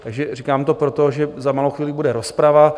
Takže říkám to proto, že za malou chvíli bude rozprava.